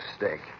mistake